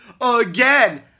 again